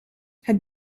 het